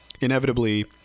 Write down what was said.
inevitably